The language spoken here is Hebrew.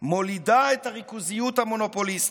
מולידה את הריכוזיות המונופוליסטית.